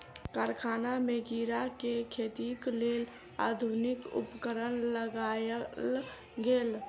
कारखाना में कीड़ा के खेतीक लेल आधुनिक उपकरण लगायल गेल